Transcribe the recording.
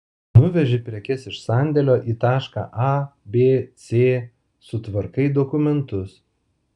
nuveži prekes iš sandėlio į tašką a b c sutvarkai dokumentus